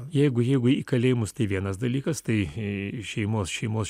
jeigu jeigu į kalėjimus tai vienas dalykas tai šeimos šeimos